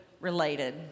related